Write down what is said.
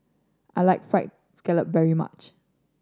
I like Fried Scallop very much